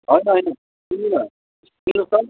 होइन होइन सुन्नु न सुन्नुहोस् त